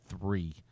three